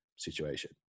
Situation